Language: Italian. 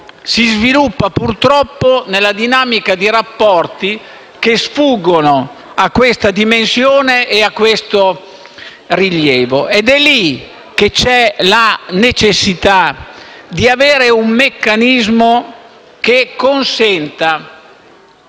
si sviluppano purtroppo nella dinamica di rapporti che sfuggono a questa dimensione e a questo rilievo. È lì che c'è la necessità di avere un meccanismo che consenta